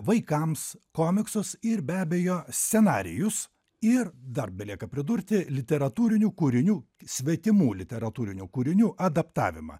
vaikams komiksus ir be abejo scenarijus ir dar belieka pridurti literatūrinių kūrinių svetimų literatūrinių kūrinių adaptavimą